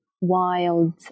wild